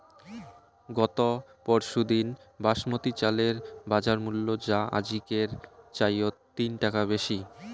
গত পরশুদিন বাসমতি চালের বাজারমূল্য যা আজিকের চাইয়ত তিন টাকা বেশি